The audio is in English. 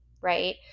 Right